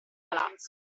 palazzo